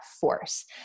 force